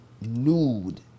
nude